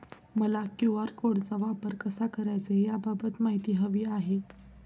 मला क्यू.आर कोडचा वापर कसा करायचा याबाबत माहिती हवी आहे